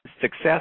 Success